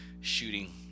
shooting